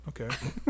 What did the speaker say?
okay